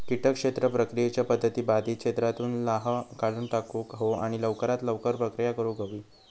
किटक क्षेत्र प्रक्रियेच्या पध्दती बाधित क्षेत्रातुन लाह काढुन टाकुक हवो आणि लवकरात लवकर प्रक्रिया करुक हवी